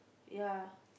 ya